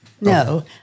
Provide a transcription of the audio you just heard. No